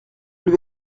lui